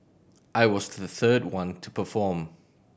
I was the third one to perform